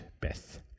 Beth